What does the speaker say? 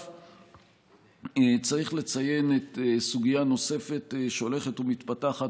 צריך לציין סוגיה נוספת שהולכת ומתפתחת,